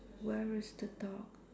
where is the dog